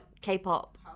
K-pop